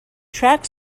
track